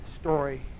story